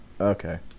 Okay